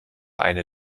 eine